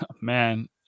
Man